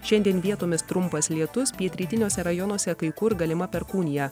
šiandien vietomis trumpas lietus pietrytiniuose rajonuose kai kur galima perkūnija